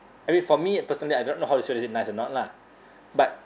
I mean for me personally I don't know how to see whether it's nice or not lah but